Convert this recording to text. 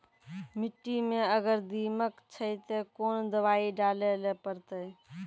मिट्टी मे अगर दीमक छै ते कोंन दवाई डाले ले परतय?